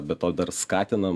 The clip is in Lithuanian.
be to dar skatinam